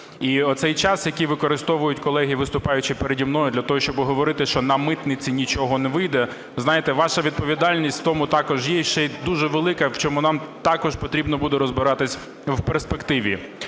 І оцей час, який використовують колеги виступаючі переді мною для того, щоб оговорити, що на митниці нічого не вийде, знаєте, ваша відповідальність в тому також є і ще й дуже велика, в чому нам також потрібно буде розбиратися в перспективі.